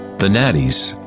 the nadis,